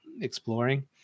exploring